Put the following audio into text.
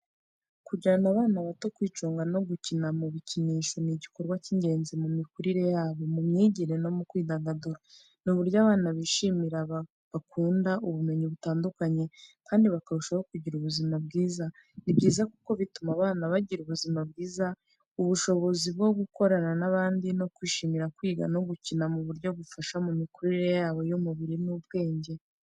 Kujyana abana bato kwicunga no gukinira mu bikinisho ni igikorwa cy’ingenzi mu mikurire yabo, mu myigire, no mu kwidagadura. Ni uburyo abana bishimira, bakunguka ubumenyi butandukanye, kandi bakarushaho kugira ubuzima bwiza. Ni byiza kuko bituma abana bagira ubuzima bwiza, ubushobozi bwo gukorana n’abandi, no kwishimira kwiga no gukina mu buryo bufasha mu mikurire yabo y’umubiri n’ubwenge.